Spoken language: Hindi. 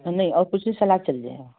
नहीं और पीसी सलाद चल जाएगा